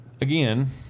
Again